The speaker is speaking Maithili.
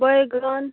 बैगन